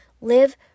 Live